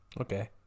Okay